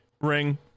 ring